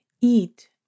eat